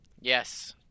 yes